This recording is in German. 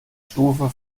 stufe